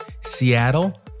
Seattle